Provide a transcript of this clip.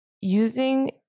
using